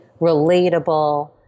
relatable